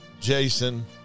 Jason